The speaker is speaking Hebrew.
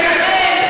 ולכן,